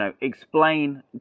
explain